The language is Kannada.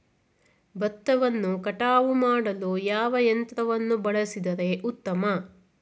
ಭತ್ತವನ್ನು ಕಟಾವು ಮಾಡಲು ಯಾವ ಯಂತ್ರವನ್ನು ಬಳಸಿದರೆ ಉತ್ತಮ?